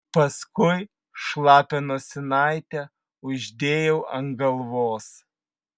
paskui šlapią nosinaitę uždėjau ant galvos